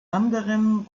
anderen